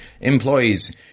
employees